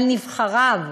על נבחריו?